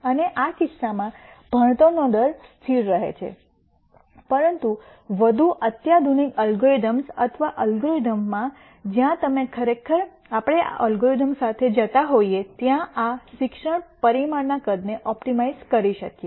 અને આ કિસ્સામાં ભણતરનો દર સ્થિર રહે છે પરંતુ વધુ અત્યાધુનિક અલ્ગોરિધમ્સ અથવા અલ્ગોરિધમ્સમાં જ્યાં તમે ખરેખર આપણે આ અલ્ગોરિધમ સાથે જતા હોઈએ ત્યાં આ શિક્ષણ પરિમાણના કદને ઓપ્ટિમાઇઝ કરી શકીએ